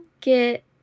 get